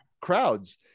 crowds